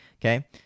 Okay